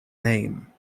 name